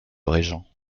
régent